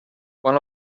one